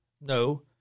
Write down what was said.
No